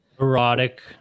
Erotic